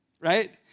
Right